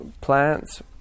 plants